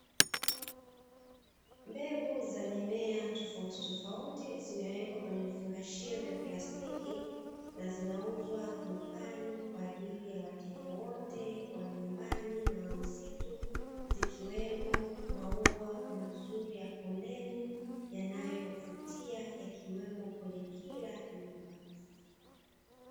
Mbegu za mimea tofauti tofauti zimewekwa kwenye vifungashio vya plastiki na zinauzwa dukani kwa ajili ya wateja wote wa nyumbani na wa misitu, zikiwemo maua mazuri ya kondeni yanayovutia yakiwemo kwenye kila nyumba.